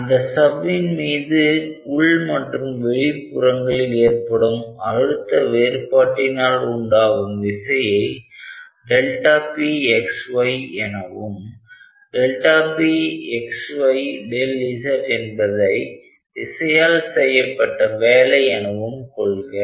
அந்த சவ்வின் மீது உள் மற்றும் வெளிப்புறங்களில் ஏற்படும் அழுத்த வேறுபாட்டினால் உண்டாகும் விசையை pxy எனவும் pxy Z என்பதை விசையால் செய்யப்பட்ட வேலை எனவும் கொள்க